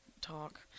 talk